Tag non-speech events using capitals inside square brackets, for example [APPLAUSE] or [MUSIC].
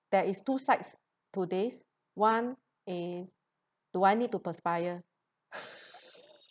there is two sides to this one is do I need to perspire [LAUGHS]